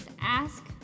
Ask